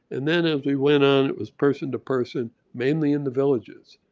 and then as we went on it was person to person mainly in the villages.